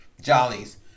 Jollies